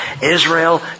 Israel